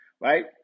right